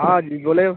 हाँ जी बोलें